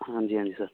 ਹਾਂਜੀ ਹਾਂਜੀ ਸਰ